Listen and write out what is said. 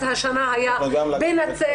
אז השנה היה בנצרת,